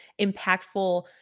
impactful